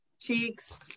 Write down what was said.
cheeks